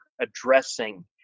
addressing